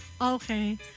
okay